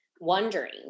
wondering